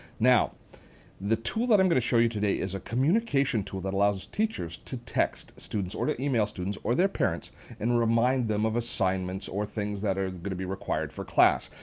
now the tool that i'm going to show you today is a communication tool that allows teachers to text students or to email students or their parents and remind of assignments or things that are going to be required for class.